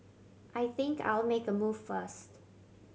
I think I'll make a move first